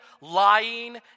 lying